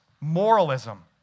moralism